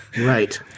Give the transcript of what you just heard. Right